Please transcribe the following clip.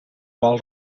vol